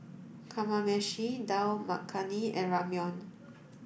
Kamameshi Dal Makhani and Ramyeon